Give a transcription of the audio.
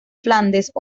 flandes